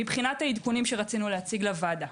מבחינת עדכוני מעבדה שרצינו להציג לוועדה.